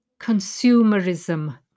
consumerism